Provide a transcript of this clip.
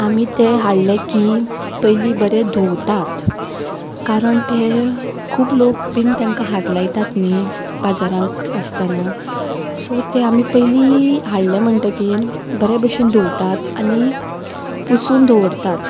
आमी तें हाडलें की पयलीं बरें धुवतात कारण तें खूब लोक बीन तांकां हात लायतात न्ही बाजारांक आसतना सो तें आमी पयलीं हाडलें म्हणटकीर बरे भशेन धुवतात आनी पुसून दवरतात